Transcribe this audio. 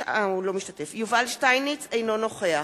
יובל שטייניץ, אינו נוכח